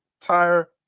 tire